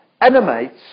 animates